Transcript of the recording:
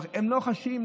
הם לא חשים.